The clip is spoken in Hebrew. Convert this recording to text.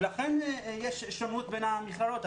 ולכן יש שונות בין המכללות,